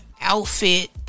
Outfit